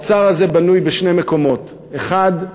האוצר הזה בנוי בשני מקומות: האחד,